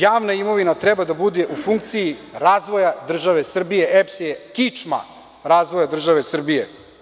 Javna imovina treba da bude u funkciji razvoja države Srbije, a EPS je kičma razvoja države Srbije.